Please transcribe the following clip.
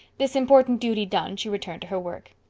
this important duty done, she returned to her work.